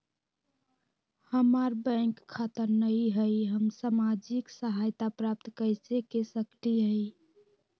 हमार बैंक खाता नई हई, हम सामाजिक सहायता प्राप्त कैसे के सकली हई?